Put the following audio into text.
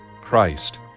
Christ